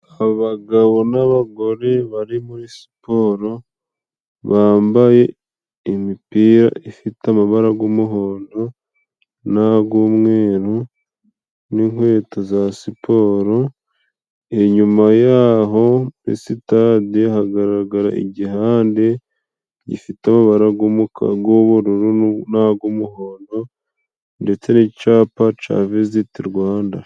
Abagabo n'abagore bari muri siporo. Bambaye imipira ifite amabara g'umuhondo n'ag'umweru, n'inkweto za siporo. Inyuma yaho, sitade hagaragara igihande gifite amabara g'umuka g'ubururu n'ag'umuhondo, ndetse n'icapa ca viziti Rwanda.